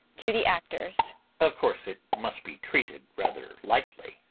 to the actors of course, it must be treated rather lightly.